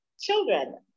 children